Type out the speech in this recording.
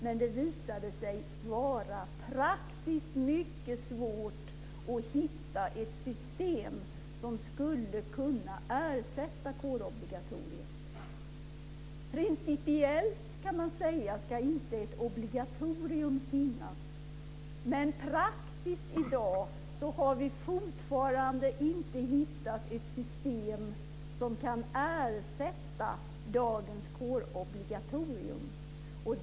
Men det visade sig vara praktiskt mycket svårt att hitta ett system som skulle kunna ersätta kårobligatoriet. Principiellt kan man säga att det inte ska finnas ett obligatorium, men rent praktiskt har man ännu inte hittat ett system som kan ersätta dagens kårobligatorium.